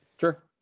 Sure